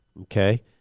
Okay